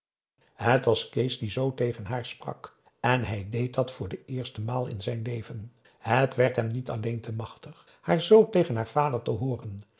het was kees die zoo tegen haar sprak en hij deed dat voor de eerste maal in zijn leven het werd hem niet alleen te machtig haar zoo tegen haar vader te hooren